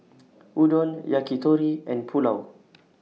Udon Yakitori and Pulao